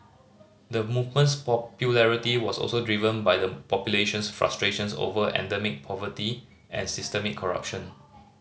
the movement's popularity was also driven by the population's frustrations over endemic poverty and systemic corruption